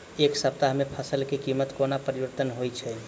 एक सप्ताह मे फसल केँ कीमत कोना परिवर्तन होइ छै?